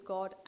God